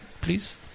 please